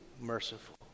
merciful